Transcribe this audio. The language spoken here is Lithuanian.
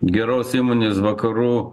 geros įmonės vakarų